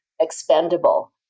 expendable